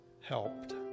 helped